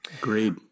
Great